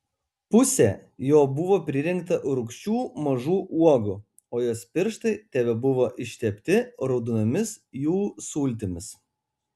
pusė jo buvo pririnkta rūgščių mažų uogų o jos pirštai tebebuvo ištepti raudonomis jų sultimis